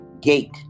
gate